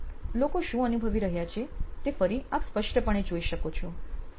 લોકો શું અનુભવી રહ્યા છે તે ફરી આપ સ્પષ્ટપણે જોઈ શકો છો